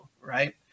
Right